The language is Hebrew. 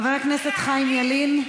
חבר הכנסת חיים ילין,